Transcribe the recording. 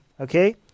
okay